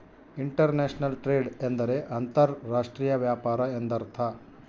inter national trade ಎಂದರೆ ಅಂತರ್ ರಾಷ್ಟ್ರೀಯ ವ್ಯಾಪಾರ ಎಂದರ್ಥ